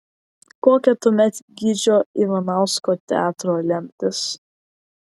kokia tuomet gyčio ivanausko teatro lemtis